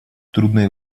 трудные